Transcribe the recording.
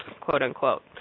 quote-unquote